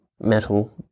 metal